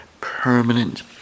permanent